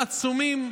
יופי שאתה השר המשיב,